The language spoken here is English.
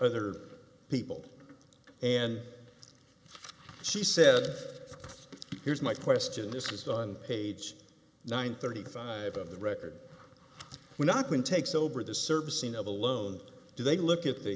other people and she said here's my question this is on page nine thirty five of the record we're not going takes over the servicing of the loan do they look at the